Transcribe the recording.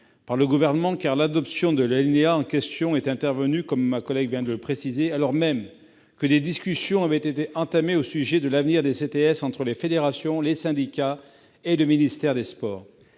par le Gouvernement, car l'alinéa en question a été adopté, comme ma collègue vient de le préciser, alors même que des discussions avaient commencé au sujet de l'avenir des CTS entre les fédérations, les syndicats et le ministère des sports.